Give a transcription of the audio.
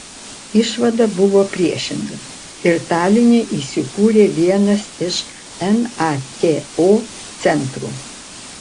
išvada buvo priešinga ir taline įsikūrė vienas iš nato centrų